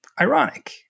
ironic